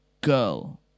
girl